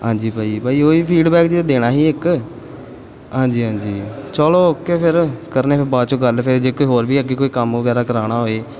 ਹਾਂਜੀ ਭਾਅ ਜੀ ਭਾਅ ਜੀ ਉਹੀ ਫੀਡਬੈਕ ਦੇਣਾ ਸੀ ਇੱਕ ਹਾਂਜੀ ਹਾਂਜੀ ਚਲੋ ਓਕੇ ਫੇਰ ਕਰਨੇ ਫੇਰ ਬਾਅਦ 'ਚੋਂ ਗੱਲ ਫੇਰ ਜੇ ਕੋਈ ਹੋਰ ਵੀ ਅੱਗੇ ਕੋਈ ਕੰਮ ਵਗੈਰਾ ਕਰਵਾਉਣਾ ਹੋਏ